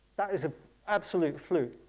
that is an absolute fluke.